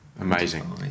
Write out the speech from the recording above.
amazing